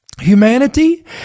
humanity